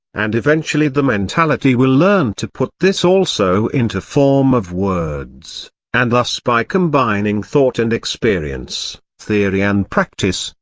and eventually the mentality will learn to put this also into form of words and thus by combining thought and experience, theory and practice,